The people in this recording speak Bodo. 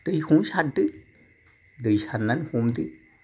दैखौनो सारदो दै सारनानै हमदो